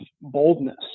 boldness